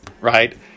right